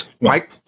Mike